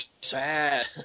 sad